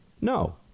No